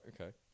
okay